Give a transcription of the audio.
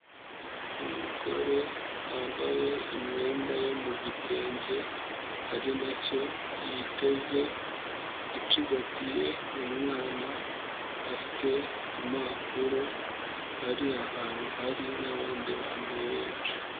Umugore wambaye imyenda yo mu bitenge ari na cyo yiteze, acigatiye umwana, afite impapuro, ari ahantu hari n'abandi bantu benshi.